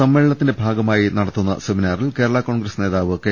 സമ്മേളനത്തിന്റെ ഭാഗ മായി നടക്കുന്ന സെമിനാറിൽ കേരളാ കോൺഗ്രസ് നേതാവ് കെ